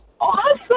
Awesome